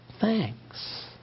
thanks